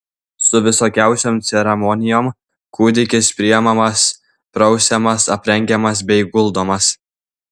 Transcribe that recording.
su visokiausiom ceremonijom kūdikis priimamas prausiamas aprengiamas bei guldomas